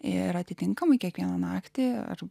ir atitinkamai kiekvieną naktį ar